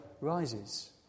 rises